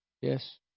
Yes